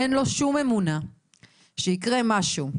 אין לו שום אמונה שיקרה משהו,